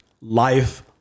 life